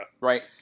right